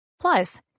Plus